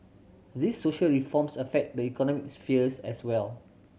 these social reforms affect the economic spheres as well